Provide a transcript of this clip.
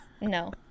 No